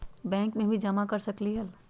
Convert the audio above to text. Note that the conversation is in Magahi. बैंक में भी जमा कर सकलीहल?